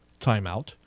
timeout